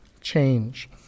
change